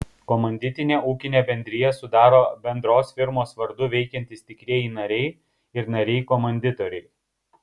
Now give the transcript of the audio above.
komanditinę ūkinę bendriją sudaro bendros firmos vardu veikiantys tikrieji nariai ir nariai komanditoriai